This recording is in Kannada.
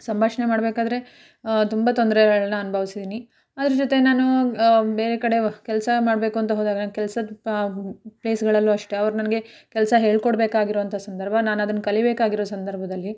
ಸಂಭಾಷಣೆ ಮಾಡಬೇಕಾದ್ರೆ ತುಂಬ ತೊಂದರೆಗಳ್ನ ಅನುಭವ್ಸಿದ್ದೀನಿ ಅದ್ರ ಜೊತೆ ನಾನು ಬೇರೆ ಕಡೆ ಕೆಲಸ ಮಾಡಬೇಕು ಅಂತ ಹೋದಾಗ ನಂಗೆ ಕೆಲ್ಸದ ಪ್ಲೇಸ್ಗಳಲ್ಲೂ ಅಷ್ಟೆ ಅವ್ರು ನನಗೆ ಕೆಲಸ ಹೇಳಿಕೊಡ್ಬೇಕಾಗಿರೋಂಥ ಸಂದರ್ಭ ನಾನು ಅದನ್ನು ಕಲಿಬೇಕಾಗಿರೋ ಸಂದರ್ಭದಲ್ಲಿ